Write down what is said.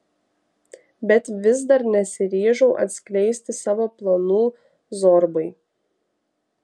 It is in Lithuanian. bet vis dar nesiryžau atskleisti savo planų zorbai